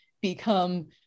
become